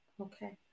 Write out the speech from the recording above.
Okay